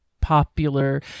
popular